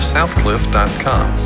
Southcliff.com